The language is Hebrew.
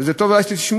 וזה טוב אולי שתשמעו,